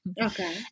Okay